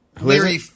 Larry